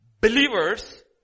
Believers